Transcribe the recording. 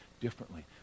differently